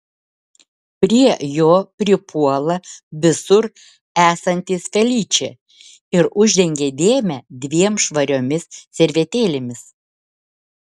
prie jo pripuola visur esantis feličė ir uždengia dėmę dviem švariomis servetėlėmis